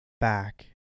back